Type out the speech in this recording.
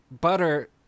butter